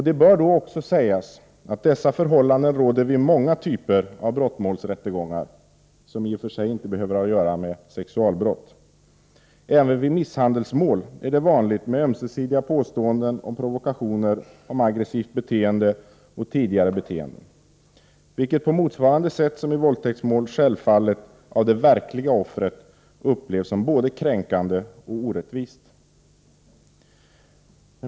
Det bör också sägas att dessa förhållanden råder vid många typer av brottmålsrättegångar, som i och för sig inte behöver ha att göra med sexualbrott. Även vid misshandelsmål är det vanligt med ömsesidiga påståenden om provokationer, aggressivt beteende och tidigare beteenden, vilket på motsvarande sätt i våldtäktsmål självfallet av det verkliga offret upplevs som både kränkande och orättvist.